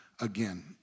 again